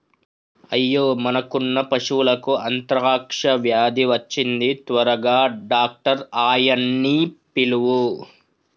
అయ్యో మనకున్న పశువులకు అంత్రాక్ష వ్యాధి వచ్చింది త్వరగా డాక్టర్ ఆయ్యన్నీ పిలువు